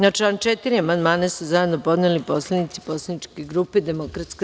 Na član 4. amandman su zajedno podneli poslanici Poslaničke grupe DS.